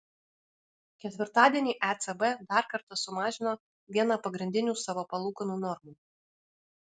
ketvirtadienį ecb dar kartą sumažino vieną pagrindinių savo palūkanų normų